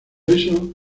eso